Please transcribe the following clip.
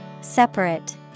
Separate